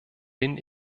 bin